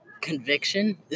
conviction